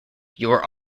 your